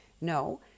no